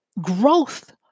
growth